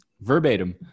Verbatim